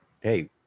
hey